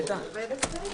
הישיבה ננעלה בשעה